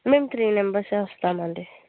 మేము three members వస్తాము అండి